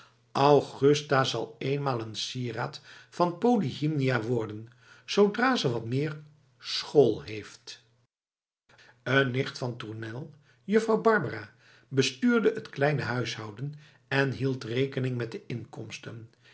augusta zal eenmaal een sieraad van polyhymnia worden zoodra ze wat meer school heeft een nicht van tournel juffrouw barbara bestuurde het kleine huishouden en hield rekening met de inkomsten